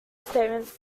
statement